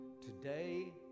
today